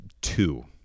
two